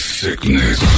sickness